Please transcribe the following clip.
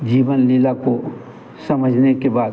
जीवन लीला को समझने के बाद